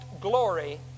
glory